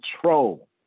control